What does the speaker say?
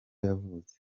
yavutse